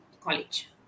college